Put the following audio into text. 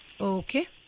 Okay